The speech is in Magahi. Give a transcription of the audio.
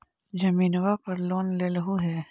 जमीनवा पर लोन लेलहु हे?